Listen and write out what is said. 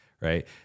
right